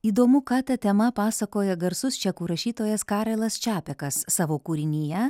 įdomu ką ta tema pasakoja garsus čekų rašytojas karelas čapekas savo kūrinyje